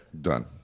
done